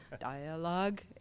Dialogue